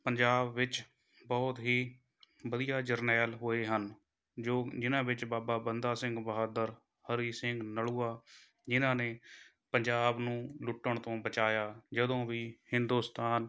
ਪੰਜਾਬ ਵਿੱਚ ਬਹੁਤ ਹੀ ਵਧੀਆ ਜਰਨੈਲ ਹੋਏ ਹਨ ਜੋ ਜਿਹਨਾਂ ਵਿੱਚ ਬਾਬਾ ਬੰਦਾ ਸਿੰਘ ਬਹਾਦਰ ਹਰੀ ਸਿੰਘ ਨਲੂਆ ਜਿਹਨਾਂ ਨੇ ਪੰਜਾਬ ਨੂੰ ਲੁੱਟਣ ਤੋਂ ਬਚਾਇਆ ਜਦੋਂ ਵੀ ਹਿੰਦੁਸਤਾਨ